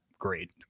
great